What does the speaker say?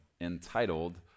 entitled